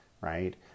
Right